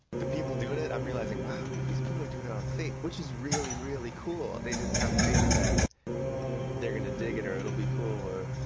the people doing it, i'm realizing, wow, these people are doing it on faith, which is really, really cool. they just have faith that they're going to dig it or it'll be cool.